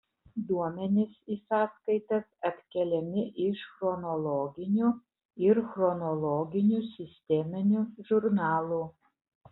duomenys į sąskaitas atkeliami iš chronologinių ir chronologinių sisteminių žurnalų